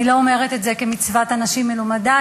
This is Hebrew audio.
אני לא אומרת את זה כמצוות אנשים מלומדה,